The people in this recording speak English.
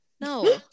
No